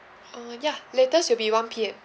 uh yeah latest will be one P_M